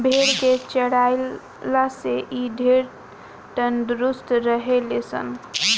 भेड़ के चरइला से इ ढेरे तंदुरुस्त रहे ले सन